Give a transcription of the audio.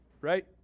right